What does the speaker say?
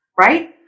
Right